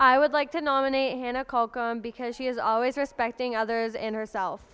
i would like to nominate because she is always respecting others and herself